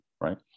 right